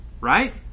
right